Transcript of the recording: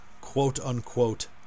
quote-unquote